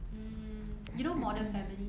mm you know modern family